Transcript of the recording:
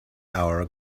hour